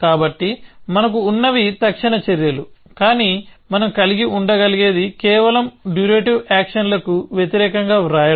కాబట్టి మనకు ఉన్నవి తక్షణ చర్యలు కానీ మనం కలిగి ఉండగలిగేది కేవలం డ్యూరేటివ్ యాక్షన్లకు వ్యతిరేకంగా వ్రాయడం